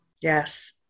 Yes